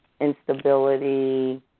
instability